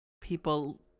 People